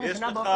יש לך